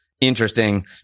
interesting